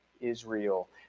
Israel